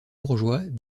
bourgeois